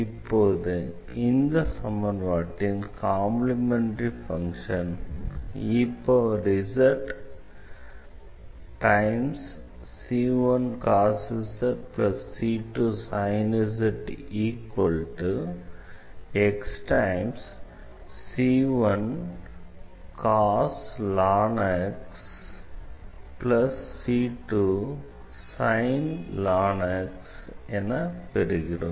இப்போது அந்த சமன்பாட்டின் காம்ப்ளிமெண்டரி ஃபங்ஷன் என பெறுகிறோம்